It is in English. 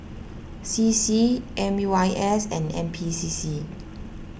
C C M U I S and N P C C